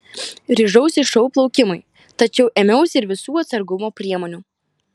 ryžausi šou plaukimui tačiau ėmiausi ir visų atsargumo priemonių